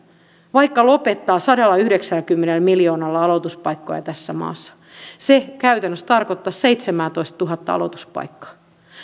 vaikka lopettaa sadallayhdeksälläkymmenellä miljoonalla aloituspaikkoja tässä maassa se käytännössä tarkoittaisi seitsemäätoistatuhatta aloituspaikkaa